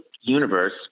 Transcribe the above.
universe